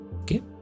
Okay